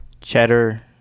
Cheddar